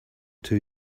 two